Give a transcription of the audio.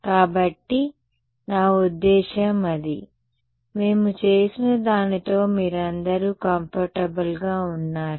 కాబట్టి నా ఉద్దేశ్యం అది మేము చేసిన దానితో మీరందరూ కంఫర్టబుల్ గా ఉన్నారా